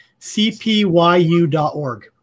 cpyu.org